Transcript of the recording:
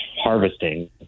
harvesting